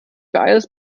beeilst